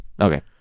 Okay